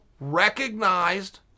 recognized